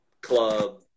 club